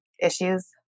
issues